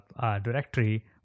directory